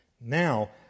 now